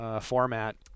format